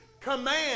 command